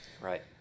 right